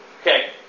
Okay